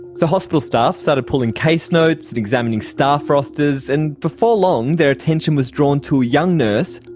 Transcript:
so hospital staff started pulling case notes and examining staff rosters, and before long their attention was drawn to a young nurse,